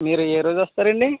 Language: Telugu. మీరు ఏ రోజు వస్తారు అండి